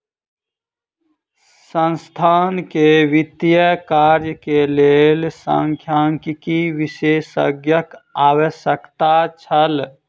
संस्थान के वित्तीय कार्य के लेल सांख्यिकी विशेषज्ञक आवश्यकता छल